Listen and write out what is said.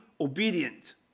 obedient